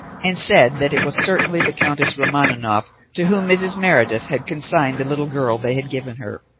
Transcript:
and said that it was certainly the countess romaninov to whom mrs. meredith had consigned the little girl they had given her.